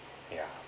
yeah